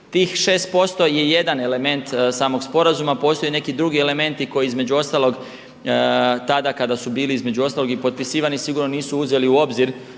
Tih 6% je jedan element samog sporazuma, postoje neki drugi elementi koji između ostalog tada kada su bili između ostalog i potpisivani sigurno nisu uzeli u obzir